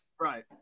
Right